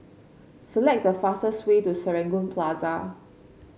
select the fastest way to Serangoon Plaza